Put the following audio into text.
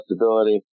adjustability